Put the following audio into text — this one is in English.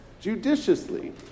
judiciously